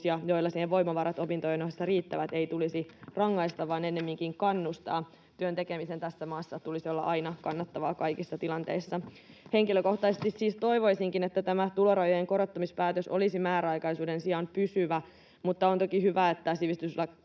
ja joilla siihen voimavarat opintojen ohessa riittävät, ei tulisi rangaista vaan ennemminkin kannustaa. Työn tekemisen tässä maassa tulisi olla kannattavaa aina kaikissa tilanteissa. Henkilökohtaisesti siis toivoisinkin, että tämä tulorajojen korottamispäätös olisi määräaikaisuuden sijaan pysyvä, mutta on toki hyvä, että sivistysvaliokunta